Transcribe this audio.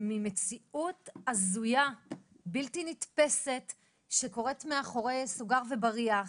ממציאות הזויה ובלתי נתפסת שקורית מאחורי סורג ובריח.